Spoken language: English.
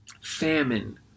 Famine